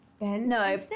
No